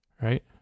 right